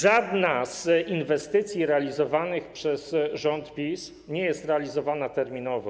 Żadna z inwestycji realizowanych przez rząd PiS nie jest realizowana terminowo.